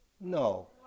No